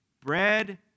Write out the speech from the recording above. bread